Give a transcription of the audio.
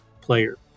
player